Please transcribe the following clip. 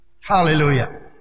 hallelujah